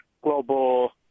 global